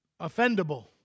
offendable